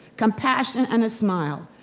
compassion, and a smile.